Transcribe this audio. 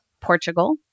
Portugal